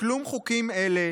וכלום חוקים אלה,